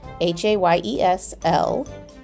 H-A-Y-E-S-L